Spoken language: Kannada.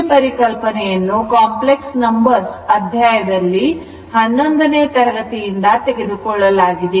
ಈ ಪರಿಕಲ್ಪನೆಯನ್ನು ಕಾಂಪ್ಲೆಕ್ಸ್ ನಂಬರ್ಸ್ ಅಧ್ಯಾಯ ದಲ್ಲಿ ಹನ್ನೊಂದನೇ ತರಗತಿಯಿಂದ ತೆಗೆದುಕೊಳ್ಳಲಾಗಿದೆ